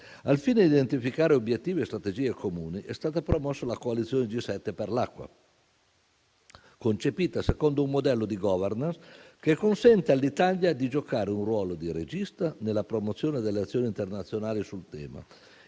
Al fine di identificare obiettivi e strategie comuni, è stata promossa una coalizione del G7 per l'acqua, concepita secondo un modello di *governance* che consenta all'Italia di giocare un ruolo di regista nella promozione delle azioni internazionali sul tema,